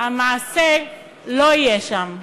המעשה לא יהיה שם.